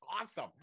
awesome